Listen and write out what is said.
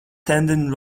tendon